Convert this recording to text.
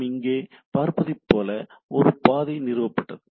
நாம் இங்கே பார்ப்பதைப் போலவே ஒரு பாதை நிறுவப்பட்டது